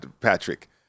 Patrick